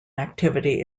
activity